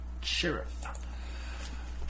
sheriff